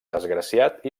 desgraciat